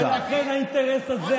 ולכן האינטרס הזה,